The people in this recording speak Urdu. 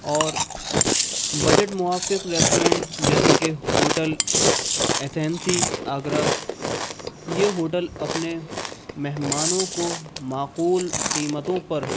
اور بجٹ موافق ریسٹورینٹ جیسے کہ ہوٹل اتیتھی آگرہ یہ ہوٹل اپنے مہمانوں کو معقول قیمتوں پر